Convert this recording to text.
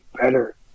better